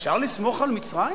אפשר לסמוך על מצרים?